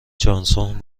جانسون